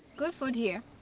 good food here!